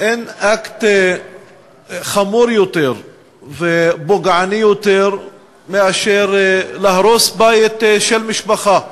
אין אקט חמור יותר ופוגעני יותר מאשר להרוס בית של משפחה,